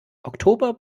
oktober